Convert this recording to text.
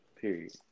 Period